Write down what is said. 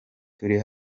turi